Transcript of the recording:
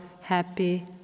happy